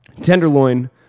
Tenderloin